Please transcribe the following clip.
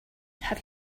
have